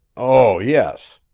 oh, yes,